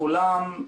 לכולם.